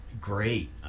great